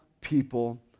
people